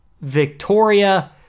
Victoria